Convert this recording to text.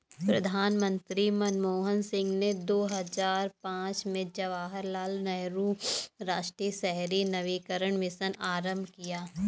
प्रधानमंत्री मनमोहन सिंह ने दो हजार पांच में जवाहरलाल नेहरू राष्ट्रीय शहरी नवीकरण मिशन आरंभ किया